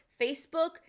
Facebook